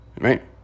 right